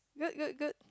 good good good